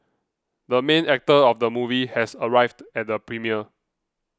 the main actor of the movie has arrived at the premiere